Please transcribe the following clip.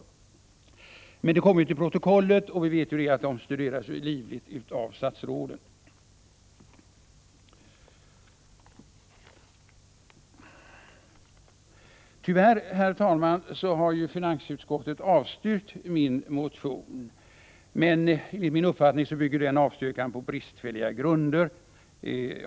Vad vi säger kommer emellertid till protokollet, och vi vet att dessa studeras livligt av statsråden. Tyvärr har finansutskottet avstyrkt min motion, men enligt min uppfattning bygger det avstyrkandet på bristfälliga grunder.